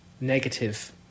negative